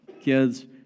kids